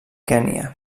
kenya